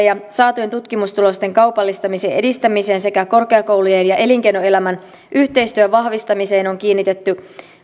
ja saatujen tutkimustulosten kaupalliseen edistämiseen sekä korkeakoulujen ja elinkeinoelämän yhteistyön vahvistamiseen on kiinnitetty